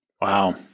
Wow